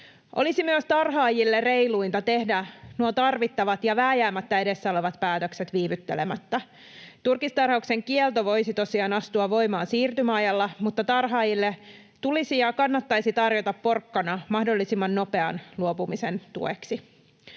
Olisi myös tarhaajille reiluinta tehdä nuo tarvittavat ja vääjäämättä edessä olevat päätökset viivyttelemättä. Turkistarhauksen kielto voisi tosiaan astua voimaan siirtymäajalla, mutta tarhaajille tulisi ja kannattaisi tarjota porkkana mahdollisimman nopean luopumisen tueksi.